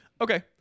Okay